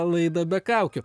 laidą be kaukių